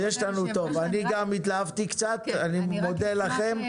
אני גם התלהבתי קצת, אני מודה לכם.